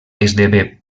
esdevé